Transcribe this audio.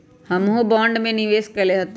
हमहुँ बॉन्ड में निवेश कयले हती